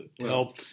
help